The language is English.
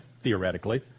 theoretically